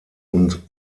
und